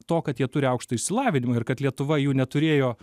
to kad jie turi aukštą išsilavinimą ir kad lietuva jų neturėjo